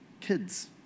kids